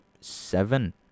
seven